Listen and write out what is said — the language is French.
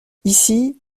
ici